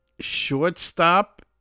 shortstop